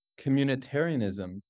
communitarianism